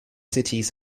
cities